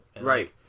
right